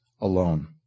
alone